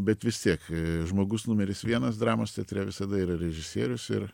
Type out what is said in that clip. bet vis tiek žmogus numeris vienas dramos teatre visada yra režisierius ir